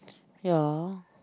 ya